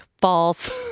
false